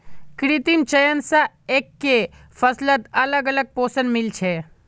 कृत्रिम चयन स एकके फसलत अलग अलग पोषण मिल छे